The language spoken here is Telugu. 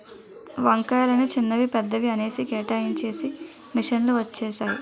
వంకాయలని చిన్నవి పెద్దవి అనేసి కేటాయించేసి మిషన్ లు వచ్చేసాయి